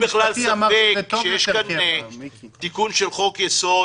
בכלל ספק שיש כאן תיקון של חוק-יסוד,